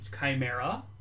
Chimera